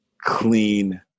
clean